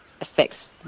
affects